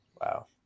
wow